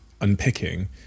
unpicking